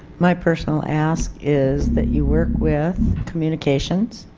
my personal ask is that you work with communications,